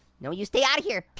no. you stay out of here.